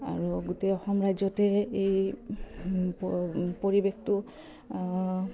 আৰু গোটেই অসম ৰাজ্যতে এ এই পৰিৱেশটো